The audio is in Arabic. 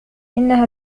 إنها